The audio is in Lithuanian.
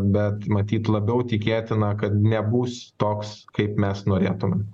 bet matyt labiau tikėtina kad nebus toks kaip mes norėtumėm